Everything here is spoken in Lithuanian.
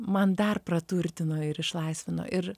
man dar praturtino ir išlaisvino ir